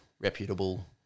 reputable